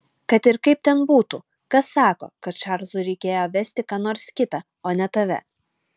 kad ir kaip ten būtų kas sako kad čarlzui reikėjo vesti ką nors kitą o ne tave